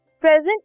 present